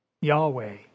Yahweh